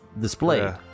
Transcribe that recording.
displayed